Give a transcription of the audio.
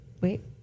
Wait